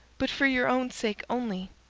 but for your own sake only.